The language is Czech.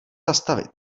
zastavit